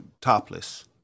topless